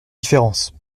différences